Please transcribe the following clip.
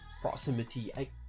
proximity